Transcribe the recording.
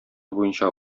буенча